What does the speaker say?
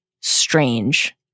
strange